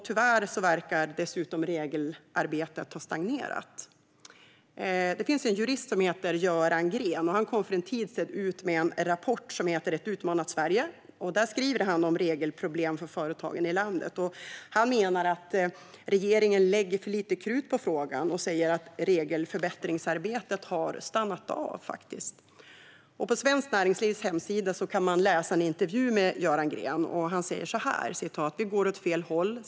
Tyvärr verkar regelarbetet ha stagnerat. Det finns en jurist som heter Göran Grén. Han kom för en tid sedan med en rapport som heter Ett utmanat Sverige . Där skriver han om regelproblem för företagen i landet. Han menar att regeringen lägger för lite krut på frågan och säger att regelförbättringsarbetet faktiskt har stannat av. På Svenskt Näringslivs webbplats kan man läsa en intervju med Göran Grén där han säger: Vi går åt fel håll.